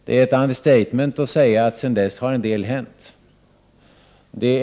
Det är ett understatement att säga att det sedan dess har hänt en del.